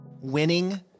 winning